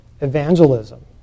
evangelism